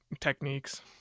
techniques